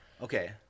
Okay